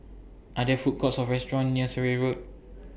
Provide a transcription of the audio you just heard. Are There Food Courts Or restaurants near Surrey Road